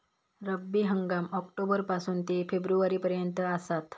रब्बी हंगाम ऑक्टोबर पासून ते फेब्रुवारी पर्यंत आसात